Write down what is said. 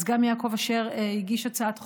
אז גם יעקב אשר הגיש הצעת חוק,